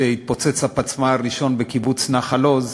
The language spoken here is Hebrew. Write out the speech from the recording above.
כשהתפוצץ הפצמ"ר הראשון בקיבוץ נחל-עוז,